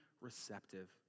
receptive